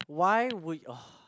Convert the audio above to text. why would